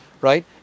right